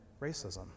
racism